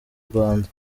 rwanda